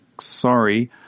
Sorry